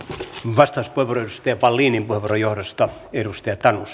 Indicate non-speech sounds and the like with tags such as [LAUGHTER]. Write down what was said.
vastauspuheenvuoro edustaja wallinin puheenvuoron johdosta edustaja tanus [UNINTELLIGIBLE]